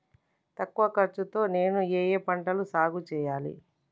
తక్కువ ఖర్చు తో నేను ఏ ఏ పంటలు సాగుచేయాలి?